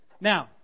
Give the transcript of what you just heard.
Now